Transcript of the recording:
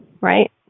right